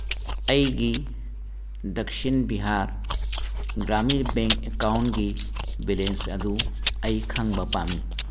ꯑꯩꯒꯤ ꯗꯛꯁꯤꯟ ꯕꯤꯍꯥꯔ ꯒ꯭ꯔꯥꯃꯤꯟ ꯕꯦꯡ ꯑꯦꯀꯥꯎꯟꯒꯤ ꯕꯦꯂꯦꯟꯁ ꯑꯗꯨ ꯑꯩ ꯈꯪꯕ ꯄꯥꯝꯃꯤ